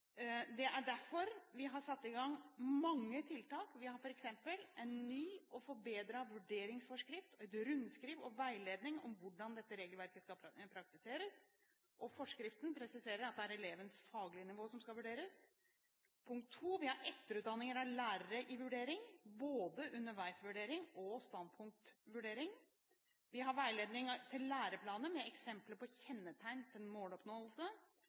Det er derfor vi har satt i gang mange tiltak. Vi har f.eks. en ny og forbedret vurderingsforskrift og et rundskriv og en veiledning om hvordan dette regelverket skal praktiseres. Forskriften presiserer at det er elevens faglige nivå som skal vurderes. Vi har etterutdanning og vurdering av lærere, både underveisvurdering og standpunktvurdering. Vi har veiledning i læreplaner med eksempler på kjennetegn til en måloppnåelse.